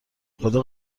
خدا